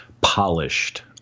Polished